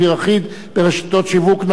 מחיר אחיד ברשתות השיווק).